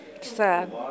Sad